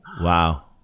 Wow